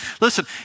Listen